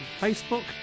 Facebook